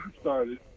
started